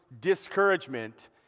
discouragement